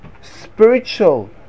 Spiritual